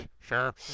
Sure